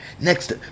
Next